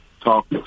talk